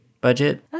budget